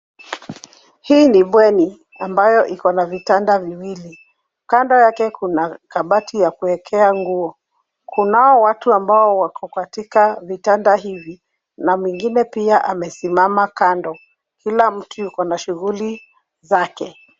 Hii ni bweni ambayo iko na vitanda viwili kando yake kuna kabati ya kuwekea nguo, kunao watu ambao wako katika vitanda hivi na mwingine pia amesimama kando, kila mtu yuko na shughuli zake.